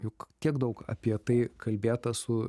juk kiek daug apie tai kalbėta su